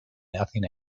nothing